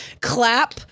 clap